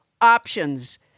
options